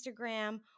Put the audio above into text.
Instagram